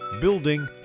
Building